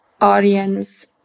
audience